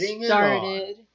started –